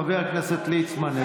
חבר הכנסת ליצמן,